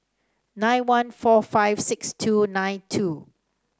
nine one four five six two nine two